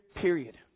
period